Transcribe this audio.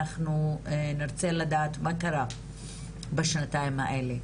אנחנו נרצה לדעת מה קרה בשנתיים האלה.